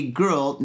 girl